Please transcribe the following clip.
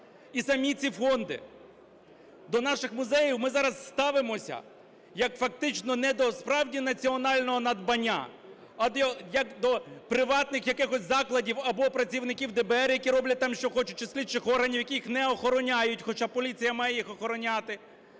і самі ці фонди. До наших музеїв ми зараз ставимося, як фактично не до справді національного надбання, а як до приватних якихось закладів або працівників ДБР, які роблять там, що хочуть, чи слідчих органів, які їх не охороняють, хоча поліція має їх охороняти,